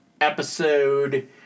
episode